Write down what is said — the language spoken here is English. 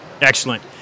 Excellent